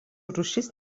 rūšis